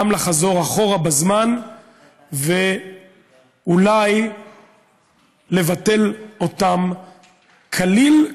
גם לחזור אחורה בזמן ואולי לבטל אותם כליל,